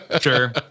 Sure